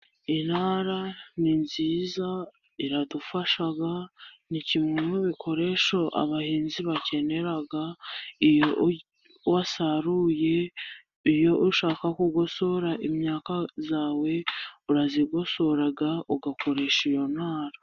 Intara ni nziza iradufasha, ni kimwe mu'ibikoresho abahinzi bakenera iyo wasaruye, iyo ushaka gugosora imyaka yawe urayigosora ugakoresha iyo ntara.